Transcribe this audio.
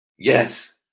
Yes